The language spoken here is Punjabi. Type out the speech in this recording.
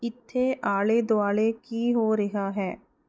ਇੱਥੇ ਆਲੇ ਦੁਆਲੇ ਕੀ ਹੋ ਰਿਹਾ ਹੈ